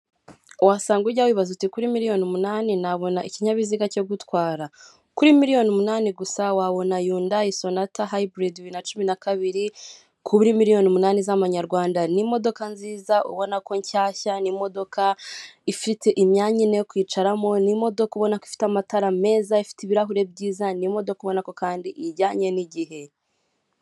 wasanga ujya wibaza uti kuri miliyoni umunani gusa nabona ikinyabiziga cyo gutwara kuri miliyoni umunani gusa wabona yundayi sonati hybrid bibiri nacumi na kabiri kuri miliyoni umunani zamanyrwanda ni imodoka nziza ubonako nshyashya ni imodoka ifite imyanya ine yo kwicaramo ni imodoka ubonako ifite amatara meza ifite ibirahuri byiza ni imodoka ubonako kandi ijyanye nigihe